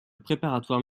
préparatoire